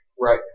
right